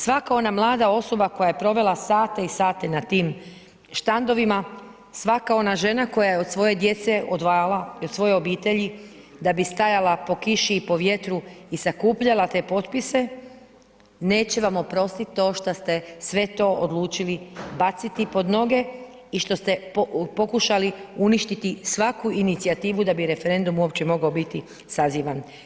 Svaka ona mlada osoba koja je provela sate i sate na tim štandovima, svaka ona žena koje je od svoje djece odvajala i od svoje obitelji, da bi stajala po kiši i po vjetru i sakupljala te potpise, neće vam oprostiti to što ste sve to odlučili baciti pod noge i što ste pokušali uništiti svaku inicijativu da bi referendum uopće mogao biti sazivan.